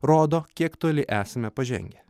rodo kiek toli esame pažengę